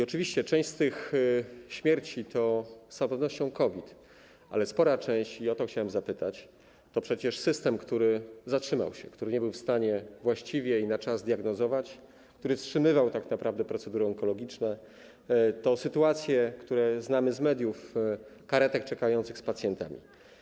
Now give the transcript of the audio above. Oczywiście część z tych śmierci to z całą pewnością wynik COVID, ale za sporą część, i o to chciałem zapytać, odpowiada system, który zatrzymał się, który nie był w stanie właściwie i na czas diagnozować, który wstrzymywał tak naprawdę procedury onkologiczne, to także sytuacje, które znamy z mediów, karetek czekających z pacjentami.